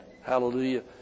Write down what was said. Hallelujah